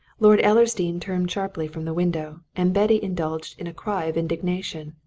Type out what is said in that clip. lord ellersdeane turned sharply from the window, and betty indulged in a cry of indignation.